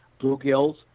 bluegills